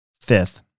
fifth